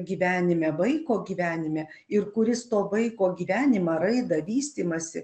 gyvenime vaiko gyvenime ir kuris to vaiko gyvenimą raidą vystymąsi